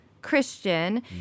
Christian